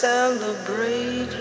Celebrate